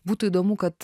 būtų įdomu kad